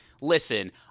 listen